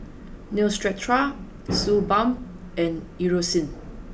Neostrata Suu Balm and Eucerin